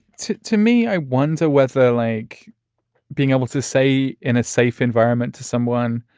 to to me, i wonder whether like being able to say in a safe environment to someone.